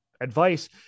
advice